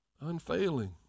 unfailing